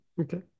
Okay